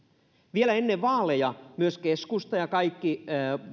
vielä ennen vaaleja myös keskusta ja kaikki